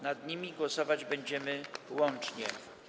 Nad nimi głosować będziemy łącznie.